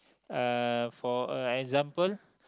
uh for a example